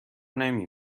نمی